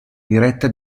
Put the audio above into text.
diretta